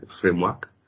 framework